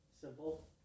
Simple